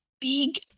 big